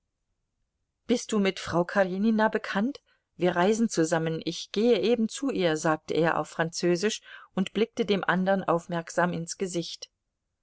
bist du mit frau karenina bekannt wir reisen zusammen ich gehe eben zu ihr sagte er auf französisch und blickte dem andern aufmerksam ins gesicht